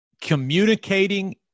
communicating